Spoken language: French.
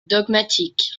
dogmatique